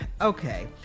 Okay